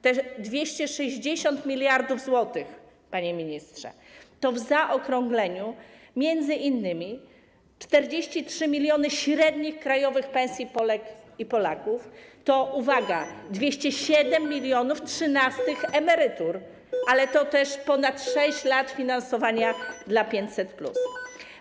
Te 260 mld zł, panie ministrze, to w zaokrągleniu m.in. 43 mln średnich krajowych pensji Polek i Polaków, to, uwaga, 207 mln trzynastych emerytur, ale to też ponad 6 lat finansowania 500+.